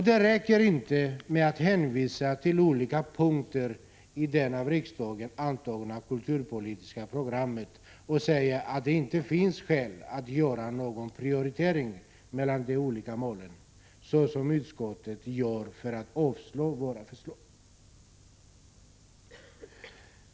Det räcker inte med att hänvisa till olika punkter i det av riksdagen antagna kulturpolitiska programmet och säga att det inte finns skäl att göra någon prioritering mellan de olika målen, som utskottet gör när man avstyrker våra förslag.